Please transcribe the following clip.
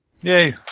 Yay